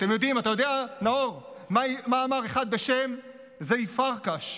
אתה יודע, נאור, מה אמר אחד בשם זאבי פרקש,